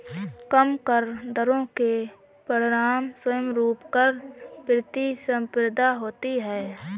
कम कर दरों के परिणामस्वरूप कर प्रतिस्पर्धा होती है